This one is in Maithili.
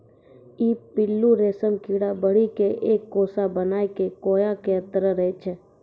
ई पिल्लू रेशम कीड़ा बढ़ी क एक कोसा बनाय कॅ कोया के तरह रहै छै